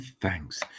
thanks